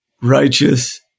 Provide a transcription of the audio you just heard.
righteous